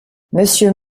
monsieur